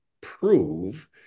prove